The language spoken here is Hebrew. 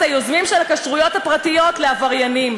היוזמים של הכשרויות הפרטיות לעבריינים.